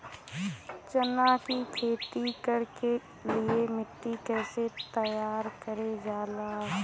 चना की खेती कर के लिए मिट्टी कैसे तैयार करें जाला?